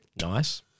Nice